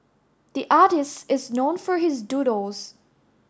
the artist is known for his doodles